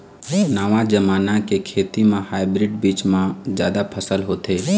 नवा जमाना के खेती म हाइब्रिड बीज म जादा फसल होथे